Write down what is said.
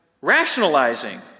rationalizing